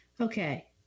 Okay